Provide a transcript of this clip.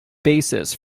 basis